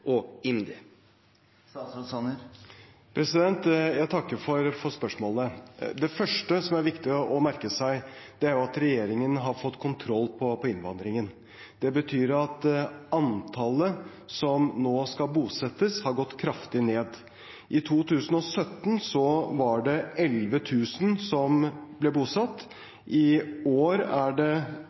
og IMDi? Jeg takker for spørsmålet. Det første som er viktig å merke seg, er at regjeringen har fått kontroll på innvandringen. Det betyr at antallet som nå skal bosettes, har gått kraftig ned. I 2017 var det 11 000 som ble bosatt. I år er det